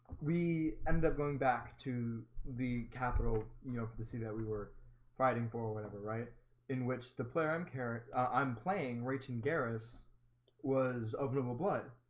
we ended up going back to the capital. you know to see that we were fighting for whatever right in which the player i'm kara. i'm playing reaching garris was, oklahoma blood?